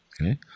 Okay